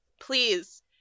Please